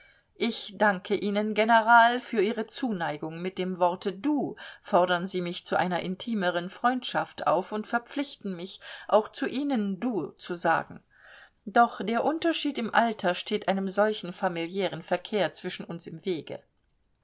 ich danke ihnen general für ihre zuneigung mit dem worte du fordern sie mich zu einer intimeren freundschaft auf und verpflichten mich auch zu ihnen du zu sagen doch der unterschied im alter steht einem solchen familiären verkehr zwischen uns im wege